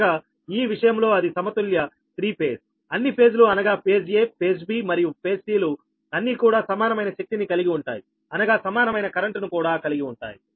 అనగా ఈ విషయంలో అది సమతుల్య త్రీ ఫేజ్అన్ని ఫేజ్ లు అనగా ఫేజ్ aఫేజ్ b మరియు ఫేజ్ c లు అన్ని కూడా సమానమైన శక్తిని కలిగి ఉంటాయి అనగా సమానమైన కరెంటును కూడా కలిగి ఉంటాయి